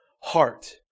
heart